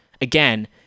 Again